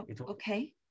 Okay